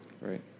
Right